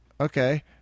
Okay